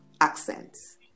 accents